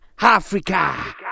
Africa